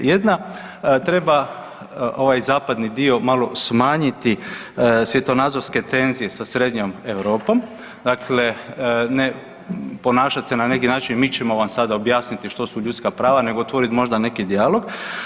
Jedna treba ovaj zapadni dio malo smanjiti svjetonazorske tenzije sa Srednjom Europom, dakle ne ponašati se na neki način mi ćemo sada objasniti što su ljudska prava, nego otvorit možda neki dijalog.